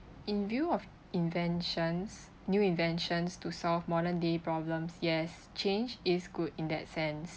in view of inventions new inventions to solve modern day problems yes change is good in that sense